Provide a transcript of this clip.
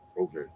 Okay